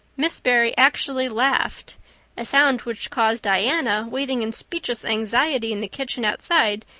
miss barry actually laughed a sound which caused diana, waiting in speechless anxiety in the kitchen outside,